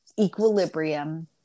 equilibrium